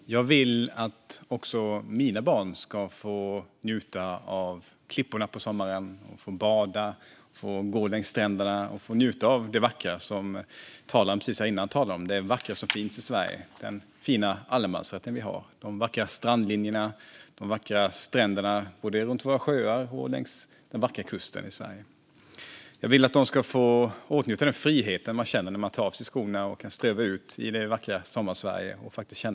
Fru talman! Jag vill att också mina barn ska få njuta av att ligga på klipporna på sommaren, att de ska få bada och gå längs stränderna. Jag vill att de ska få njuta av det vackra som finns i Sverige, precis som talaren före mig talade om, och den fina allemansrätten. Jag vill att de ska få njuta av de vackra strandlinjerna och stränderna runt våra sjöar och längs Sveriges vackra kust. Jag vill att de ska få åtnjuta den frihet man känner när man tar av sig skorna och kan ströva ut i det vackra Sommarsverige.